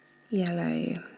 yellow